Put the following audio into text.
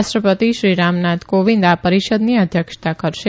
રાષ્ટ્ર તિ શ્રી રામનાથ કોવિંદ આ રીષદની અધ્યક્ષતા કરશે